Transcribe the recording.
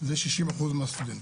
זה 60% מהסטודנטים.